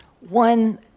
one